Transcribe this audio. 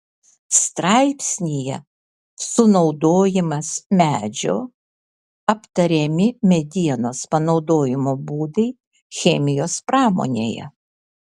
straipsnyje sunaudojimas medžio aptariami medienos panaudojimo būdai chemijos pramonėje